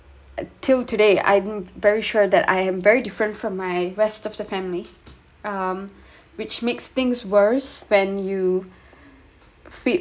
till today I'm very sure that I am very different from my rest of the family um which makes things worse when you fit